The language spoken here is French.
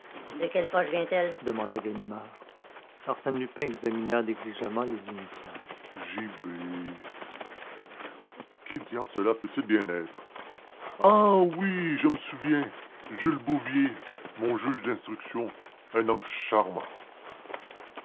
de quelle poche vient-elle demanda ganimard arsène lupin examina négligemment les initiales j b qui diable cela peut-il bien être ah oui je me souviens jules bouvier mon juge d'instruction un homme charmant